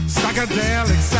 Psychedelic